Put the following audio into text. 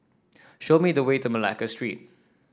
show me the way to Malacca Street